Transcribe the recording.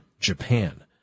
Japan